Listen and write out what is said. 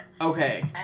Okay